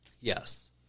Yes